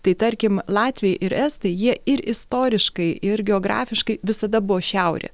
tai tarkim latviai ir estai jie ir istoriškai ir geografiškai visada buvo šiaurė